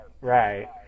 right